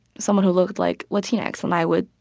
someone who looked like latinx and i would,